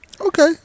okay